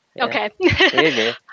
Okay